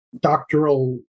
doctoral